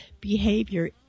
behavior